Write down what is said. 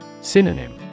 Synonym